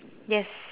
yes